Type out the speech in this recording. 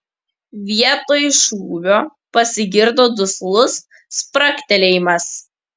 vietoj šūvio pasigirdo duslus spragtelėjimas